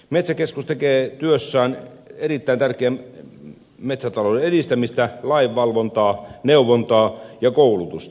metsäkeskus tekee työssään erittäin tärkeää metsätalouden edistämistä lainvalvontaa neuvontaa ja koulutusta